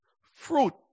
fruit